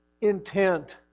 intent